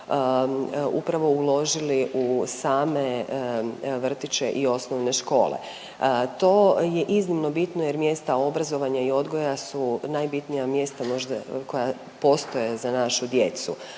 upravo uložili u same vrtiće i osnovne škole. To je iznimno bitno jer mjesta obrazovanja i odgoja su najbitnija mjesta možda koja postoje za našu djecu.